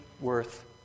worth